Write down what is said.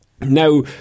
now